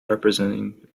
representing